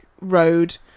road